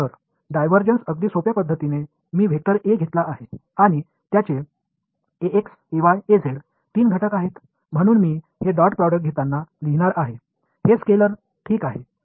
எனவே டைவர்ஜன்ஸ் இதில் மிகவும் எளிமையாக வெக்டர் A ஐ எடுத்துள்ளேன் அதில் மூன்று கூறுகள் உள்ளன அதனை Ax Ay Az என்று எழுதப் போகின்றேன் இதற்கு டாட் ப்ராடக்ட் எடுத்தால் நான் ஏற்கனவே கூறிய படி ஸ்கேலார் தான் கிடைக்கும்